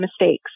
mistakes